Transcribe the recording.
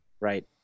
Right